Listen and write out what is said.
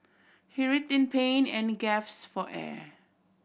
he writhed in pain and gaps for air